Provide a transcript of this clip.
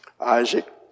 Isaac